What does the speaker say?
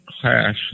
class